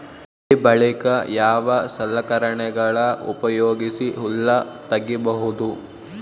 ಬೆಳಿ ಬಳಿಕ ಯಾವ ಸಲಕರಣೆಗಳ ಉಪಯೋಗಿಸಿ ಹುಲ್ಲ ತಗಿಬಹುದು?